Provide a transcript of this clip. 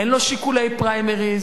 אין לו שיקולי פריימריס,